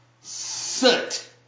soot